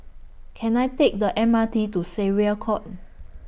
Can I Take The M R T to Syariah Court